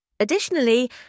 Additionally